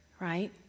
Right